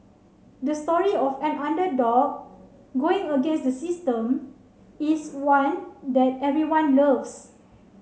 the story of an underdog going against the system is one that everyone loves